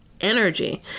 energy